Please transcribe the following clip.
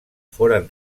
foren